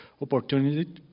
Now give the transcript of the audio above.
opportunity